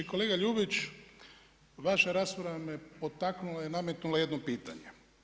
Kolega Ljubić, vaša rasprava me potaknula i nametnula jedno pitanje.